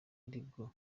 aribwo